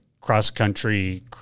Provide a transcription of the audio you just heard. cross-country